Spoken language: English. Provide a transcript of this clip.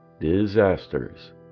disasters